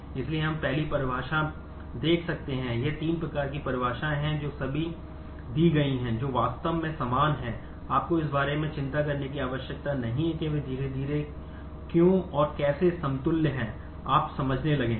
इसलिए हम पहली परिभाषा देख रहे हैं कि ये तीन प्रकार की परिभाषाएँ हैं जो सभी दी गई हैं जो वास्तव में समान हैं आपको इस बारे में चिंता करने की आवश्यकता नहीं है कि वे धीरे धीरे क्यों और कैसे समतुल्य हैं आप समझने लगेंगे